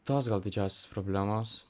tos gal didžiausios problemos